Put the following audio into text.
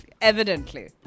Evidently